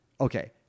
Okay